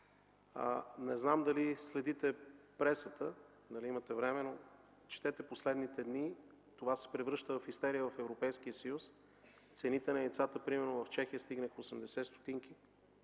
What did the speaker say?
Не знам дали следите пресата, дали имате време, но прочетете, че през последните дни това се превръща в истерия в Европейския съюз. Цените на яйцата примерно в Чехия стигнаха 80 стотинки.